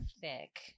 thick